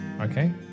Okay